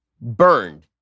burned